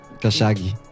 Kashagi